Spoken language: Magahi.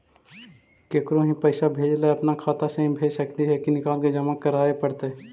केकरो ही पैसा भेजे ल अपने खाता से ही भेज सकली हे की निकाल के जमा कराए पड़तइ?